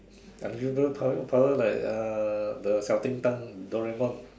unusual power power like uh the xiao-Ding-dang Doraemon